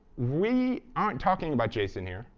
we aren't talking about json here.